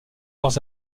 leur